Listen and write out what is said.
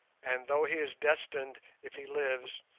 and, though he is destined, if he lives,